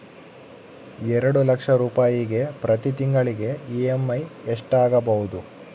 ಎರಡು ಲಕ್ಷ ರೂಪಾಯಿಗೆ ಪ್ರತಿ ತಿಂಗಳಿಗೆ ಇ.ಎಮ್.ಐ ಎಷ್ಟಾಗಬಹುದು?